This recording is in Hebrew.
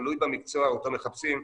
תלוי במקצוע אותו מחפשים,